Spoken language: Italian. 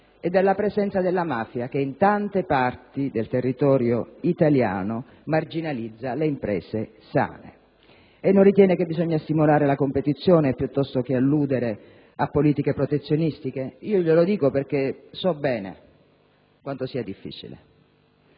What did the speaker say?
e dalla presenza della mafia, che in tante parti del territorio italiano marginalizza le imprese sane? E non ritiene che bisogna stimolare la competizione piuttosto che alludere a politiche protezionistiche? Glielo dico perché so bene quanto sia difficile